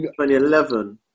2011